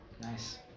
Nice